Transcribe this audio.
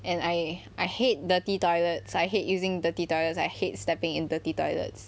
and I I hate dirty toilets I hate using dirty toilets I hate stepping in dirty toilets